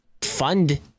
fund